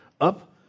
Up